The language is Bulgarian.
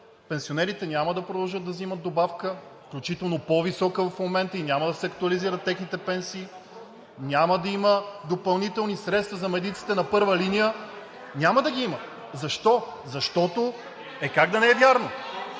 пенсионерите няма да продължат да взимат добавка, включително по-висока в момента и няма да се актуализират техните пенсии, няма да има допълнителни средства за медиците на първа линия, няма да ги има. Защо? (Реплики от